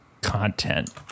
content